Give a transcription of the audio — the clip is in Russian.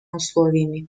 условиями